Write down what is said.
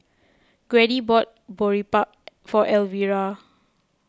Grady bought Boribap for Elvira